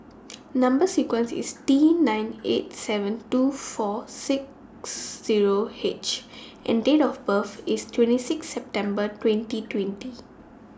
Number sequence IS T nine eight seven two four six Zero H and Date of birth IS twenty six September twenty twenty